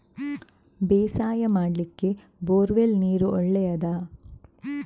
ಬೇಸಾಯ ಮಾಡ್ಲಿಕ್ಕೆ bore well ನೀರು ಒಳ್ಳೆಯದಾ?